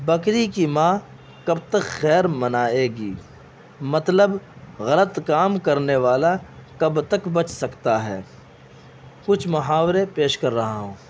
بکری کی ماں کب تک خیر منائے گی مطلب غلط کام کرنے والا کب تک بچ سکتا ہے کچھ محاورے پیش کر رہا ہوں